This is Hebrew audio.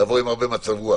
לבוא עם הרבה מצב רוח.